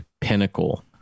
pinnacle